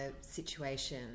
situation